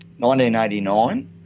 1989